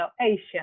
Asian